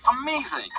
amazing